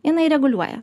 jinai reguliuoja